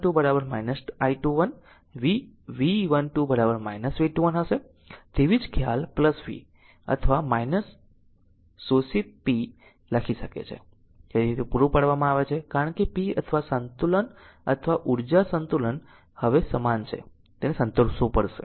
જે રીતેI12 I21 V V12 V21 હશે તેવી જ ખ્યાલ p અથવા શોષિત p લખી શકે છે અથવા પૂરા પાડવામાં આવે છે કારણ કે p અથવા સંતુલન અથવા ઉર્જા સંતુલન હવે સમાન છે તેને સંતોષવું પડશે